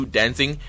dancing